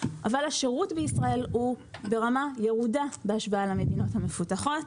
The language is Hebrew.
אבל השירות בישראל הוא ברמה ירודה בהשוואה למדינות המפותחות.